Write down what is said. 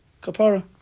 Kapara